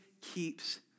keeps